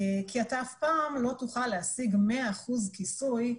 כי אתה אף פעם לא תוכל להשיג 100% כיסוי,